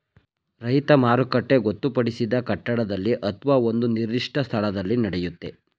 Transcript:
ರೈತ ಮಾರುಕಟ್ಟೆ ಗೊತ್ತುಪಡಿಸಿದ ಕಟ್ಟಡದಲ್ಲಿ ಅತ್ವ ಒಂದು ನಿರ್ದಿಷ್ಟ ಸ್ಥಳದಲ್ಲಿ ನಡೆಯುತ್ತೆ